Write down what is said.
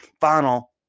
final